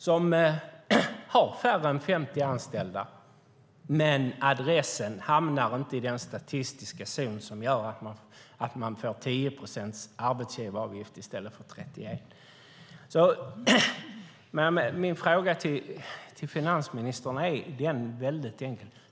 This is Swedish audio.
Det har färre än 50 anställda, men adressen hamnar inte i den statistiska zon som gör att det får 10 procent i arbetsgivaravgift i stället för 31 procent. Min fråga till finansministern är väldigt enkel.